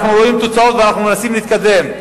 אנחנו רואים תוצאות ואנחנו מנסים להתקדם.